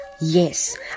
Yes